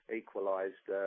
equalised